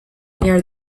near